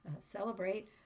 Celebrate